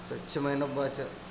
స్వచ్ఛమైన భాష